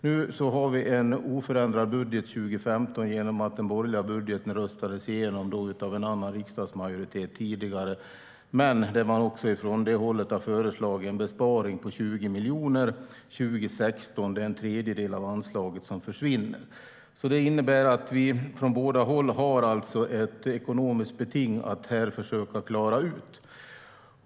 Nu har vi en oförändrad budget för 2015 i och med att den borgerliga budgeten röstades igenom av en annan riksdagsmajoritet, men också från det hållet har man föreslagit en besparing på 20 miljoner år 2016. Det är alltså en tredjedel av anslaget som försvinner. Från båda håll har vi alltså ett ekonomiskt beting att här försöka klara ut.